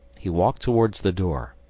he walked towards the door,